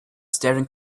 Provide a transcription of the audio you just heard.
staring